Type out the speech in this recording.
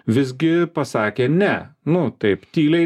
visgi pasakė ne nu taip tyliai